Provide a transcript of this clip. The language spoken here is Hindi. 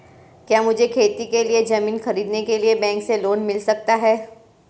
क्या मुझे खेती के लिए ज़मीन खरीदने के लिए बैंक से लोन मिल सकता है?